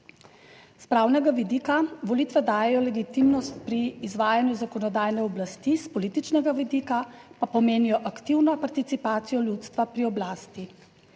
S pravnega vidika volitve dajejo legitimnost pri izvajanju zakonodajne oblasti, s političnega vidika pa pomenijo aktivno participacijo ljudstva pri oblasti.